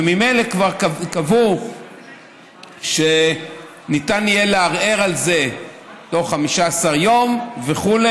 וממילא כבר קבעו שניתן יהיה לערער על זה תוך 15 יום וכו'.